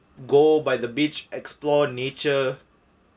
go by the beach explore nature